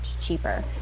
cheaper